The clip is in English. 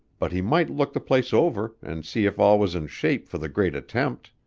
but he might look the place over and see if all was in shape for the great attempt.